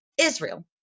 Israel